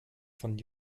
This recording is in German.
von